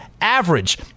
average